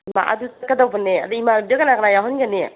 ꯏꯃꯥ ꯑꯗꯨ ꯆꯠꯀꯗꯧꯕꯅꯦ ꯑꯗꯨ ꯏꯃꯥꯅꯕꯤꯗ ꯀꯅꯥ ꯀꯅꯥ ꯌꯥꯎꯍꯟꯒꯅꯤ